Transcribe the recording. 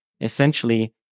essentially